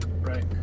Right